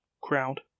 crowd